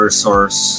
source